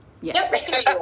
Yes